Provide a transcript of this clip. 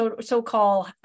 so-called